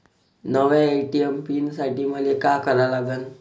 नव्या ATM pin साठी मले का करा लागन?